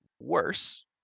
worse